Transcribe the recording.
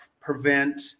prevent